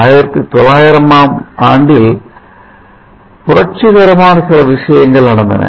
1900 ஆண்டில் புரட்சிகரமான சில விஷயங்கள் நடந்தன